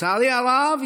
לצערי הרב,